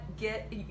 get